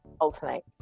alternate